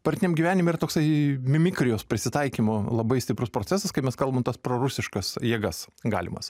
partiniam gyvenime yra toksai mimikrijos prisitaikymo labai stiprus procesas kai mes kalbam tas prorusiškas jėgas galimas